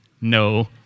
no